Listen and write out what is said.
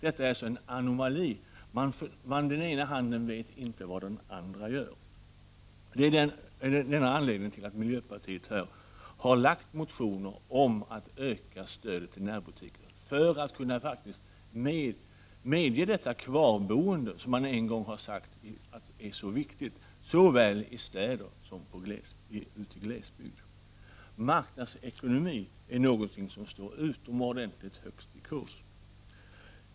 Detta är en anomali. Den ena handen vet inte vad den andra gör. Det är en av anledningarna till att miljöpartiet här har väckt en motion om att öka stödet till närbutikerna för att medge det kvarboende som man en gång sagt är så viktigt, såväl i städer som i glesbygd. Marknadsekonomin är någonting som står utomordentligt högt i kurs.